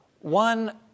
One